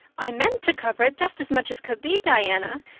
i meant to cover it just as much as could be, diana,